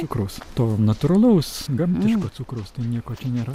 cukraus to natūralaus gamtiško cukraus nieko čia nėra